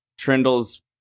Trindle's